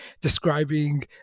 describing